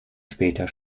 später